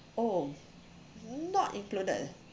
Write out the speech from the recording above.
oh not included uh